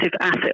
asset